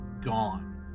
gone